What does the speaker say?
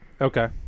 Okay